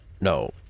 no